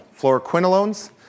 Fluoroquinolones